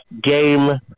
game